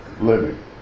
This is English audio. living